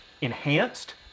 enhanced